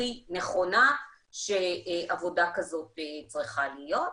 הכי נכונה שעבודה כזו צריכה להיות.